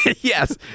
Yes